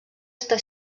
està